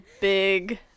big